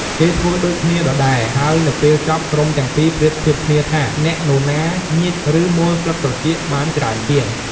គេធ្វើដូចគ្នាដដែល ហើយនៅពេលចប់ ក្រុមទាំងពីរប្រៀបធៀបគ្នាថា អ្នកនរណា ញៀច ឬ មួលស្លឹកត្រចៀកបានច្រើនជាង។